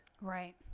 Right